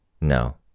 No